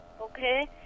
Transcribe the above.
okay